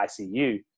ICU